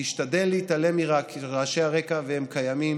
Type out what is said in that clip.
תשתדל להתעלם מרעשי הרקע, והם קיימים.